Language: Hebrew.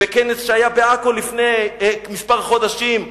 מכנס שהיה בעכו לפני כמה חודשים,